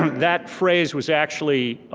that phrase was actually,